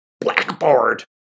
blackboard